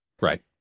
Right